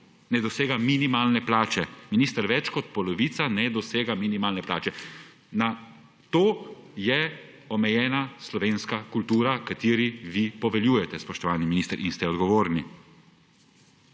ne dosega minimalne plače. Minister, več kot polovica ne dosega minimalne plače. Na to je omejena slovenska kultura, ki ji vi poveljujete, spoštovani minister, in ste odgovorni.